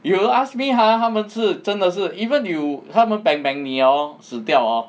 you will ask me ha 他们是真的是 even you 他们 bang bang 你 hor 死掉 hor